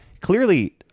Clearly